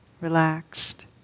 relaxed